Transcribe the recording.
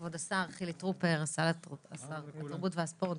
כבוד השר חילי טרופר, שר התרבות והספורט,